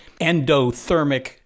endothermic